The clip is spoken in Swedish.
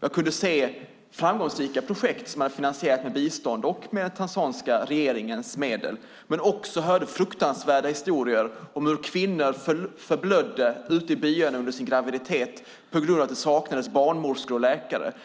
Vi fick se framgångsrika projekt som finansierades med bistånd och med den tanzaniska regeringens medel, men vi fick också höra fruktansvärda historier om hur kvinnor förblödde i byarna under sin graviditet på grund av att det saknades barnmorskor och läkare.